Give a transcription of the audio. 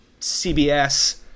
CBS